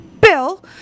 bill